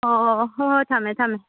ꯑꯣ ꯑꯣ ꯑꯣ ꯍꯣꯏ ꯍꯣꯏ ꯊꯝꯃꯦ ꯊꯝꯃꯦ